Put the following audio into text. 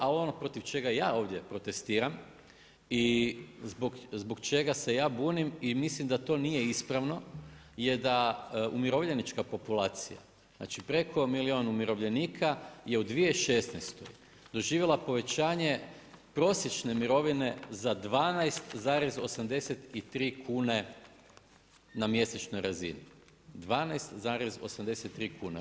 Ali ono protiv čega ja ovdje protestiram i zbog čega se ja bunim i mislim da to nije ispravno je da umirovljenička populacija, znači preko milijun umirovljenika je u 2016. doživjela povećanje prosječne mirovine za 12,83 kune na mjesečnoj razini, 12,83 kune.